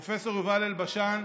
פרופ' יובל אלבשן,